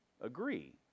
agree